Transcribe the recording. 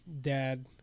dad